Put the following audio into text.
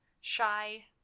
shy